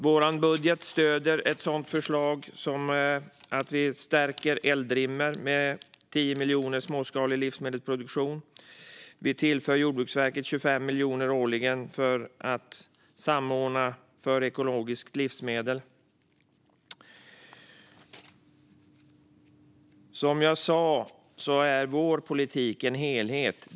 Vår budget stöder ett förslag om att stärka Eldrimner med 10 miljoner för småskalig livsmedelsproduktion. Vi tillför Jordbruksverket 25 miljoner årligen för samordning gällande ekologiska livsmedel. Som jag sa är vår politik en helhet.